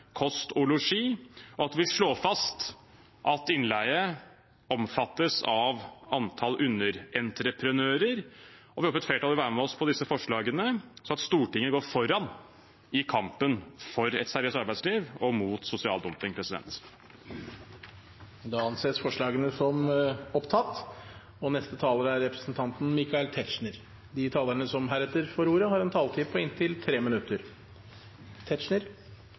kost og losji. Vi foreslår også at innleie omfattes i antall underentreprenører. Vi håper et flertall vil være med oss på disse forslagene, slik at Stortinget går foran i kampen for et seriøst arbeidsliv og mot sosial dumping. Da anser presidenten det som at representanten Bjørn Moxnes har tatt opp de forslagene han refererte til. De talere som heretter får ordet, har en taletid på inntil 3 minutter.